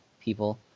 people